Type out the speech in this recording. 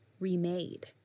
Remade